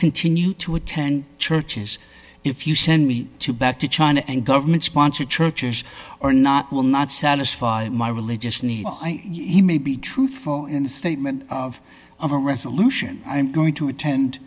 continue to attend churches if you send me to back to china and government sponsored churches or not will not satisfy my religious needs i may be truthful in the statement of a resolution i'm going to attend